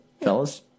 fellas